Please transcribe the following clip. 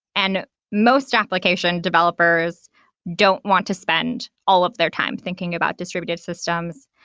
and most application developers don't want to spend all of their time thinking about distributed systems.